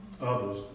others